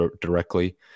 directly